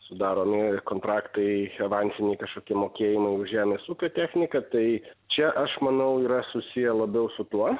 sudaromi kontraktai avansiniai kažkokie mokėjimai už žemės ūkio techniką tai čia aš manau yra susiję labiau su tuo